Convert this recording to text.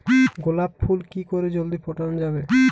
গোলাপ ফুল কি করে জলদি ফোটানো যাবে?